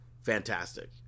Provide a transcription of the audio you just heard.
Fantastic